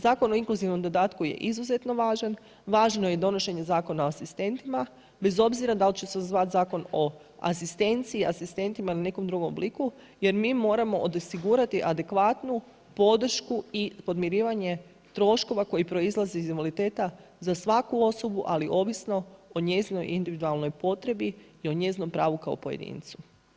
Zakon o inkluzivnom dodatku je izuzetno važan, važno je donošenje Zakona o asistentima, bez obzira da li će se zvati zakon o asistenciji, asistentima ili nekom drugom obliku jer mi moramo osigurati adekvatnu podršku i podmirivanje troškova koji proizlaze iz invaliditeta za svaku osobu ali ovisno o njezinoj individualnoj potrebi i o njezinom pravu kao pojedincu.